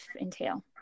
entail